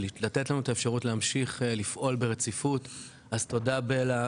לתת לנו את האפשרות להמשיך ולפעול ברציפות אז תודה בלה,